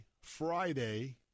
Friday